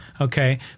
Okay